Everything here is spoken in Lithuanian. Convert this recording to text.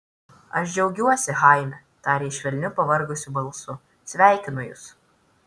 aš džiaugiuosi chaime tarė ji švelniu pavargusiu balsu sveikinu jus